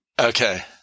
Okay